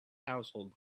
household